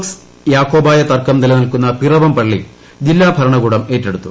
Piravom orthodox യാക്കോബായ തർക്കം നിലനിൽക്കുന്ന പിറവം പള്ളി ജില്ലാഭരണകൂടം ഏറ്റെടുത്തു